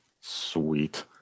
sweet